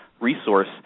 resource